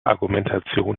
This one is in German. argumentation